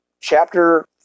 chapter